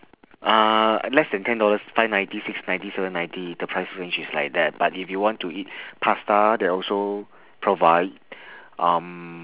uh less than ten dollars five ninety six ninety seven ninety the price range is like that but if you want to eat pasta they also provide um